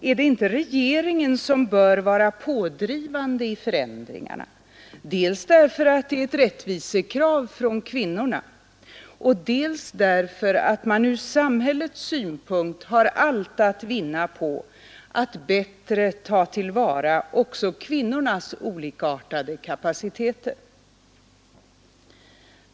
Är det inte regeringen, som bör vara pådrivande i förändringarna, dels därför att det är ett rättvisekrav från kvinnorna, dels därför att man ur samhällets synpunkt har allt att vinna på att bättre ta till vara också kvinnornas olikartade kapaciteter?